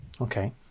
Okay